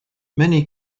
many